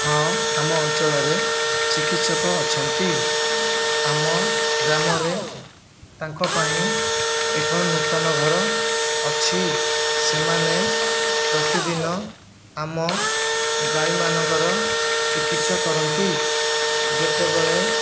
ହଁ ଆମ ଅଞ୍ଚଳରେ ଚିକିତ୍ସକ ଅଛନ୍ତି ଆମ ଗ୍ରାମରେ ତାଙ୍କ ପାଇଁ ଏକ ନୂତନ ଘର ଅଛି ସେମାନେ ପ୍ରତିଦିନ ଆମ ଗାଈମାନଙ୍କର ଚିକିତ୍ସା କରନ୍ତି ଯେତେବେଳେ